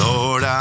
Lord